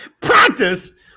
practice